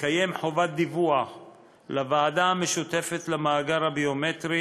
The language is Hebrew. תתקיים חובת דיווח לוועדה המשותפת למאגר הביומטרי